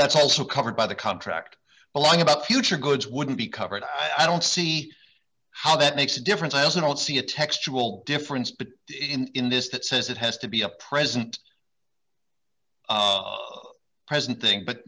that's also covered by the contract allowing about future goods wouldn't be covered i don't see how that makes a difference i also don't see a textual difference but in this that says it has to be a present present thing but